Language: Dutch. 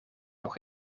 nog